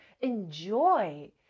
enjoy